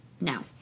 Now